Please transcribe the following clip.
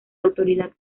autoridad